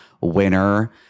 winner